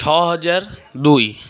ଛଅ ହଜାର ଦୁଇ